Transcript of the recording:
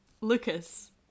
Lucas